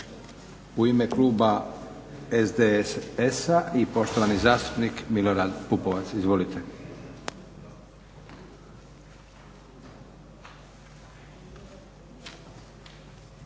U ime kluba SDSS-a i poštovani zastupnik Milorad Pupovac. Izvolite.